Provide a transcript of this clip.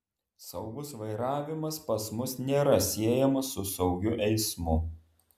saugus vairavimas pas mus nėra siejamas su saugiu eismu